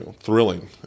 thrilling